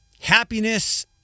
happiness